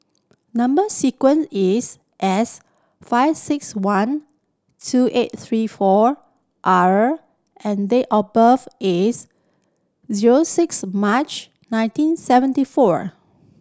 number sequence is S five six one two eight three four R and date of birth is zero six March nineteen seventy four